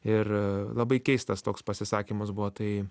ir labai keistas toks pasisakymas buvo tai